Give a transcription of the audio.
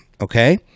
okay